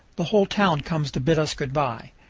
the whole town comes to bid us good-by.